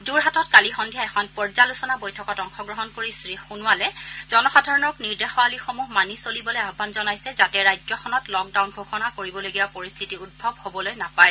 যোৰহাটত কালি সন্ধিয়া এখন পৰ্যালোচনা বৈঠকত অংশগ্ৰহণ কৰি শ্ৰীসোণোৱালে জনসাধাৰণক নিৰ্দেশাৱলীসমূহ মানি চলিবলৈ আহান জনাইছে যাতে ৰাজ্যখনত লকডাউন ঘোষণা কৰিবলগীয়া পৰিস্থিতি উদ্ভৱ হবলৈ নাপায়